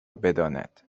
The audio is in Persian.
بداند